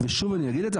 שוב אני אגיד את זה,